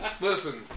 Listen